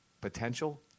potential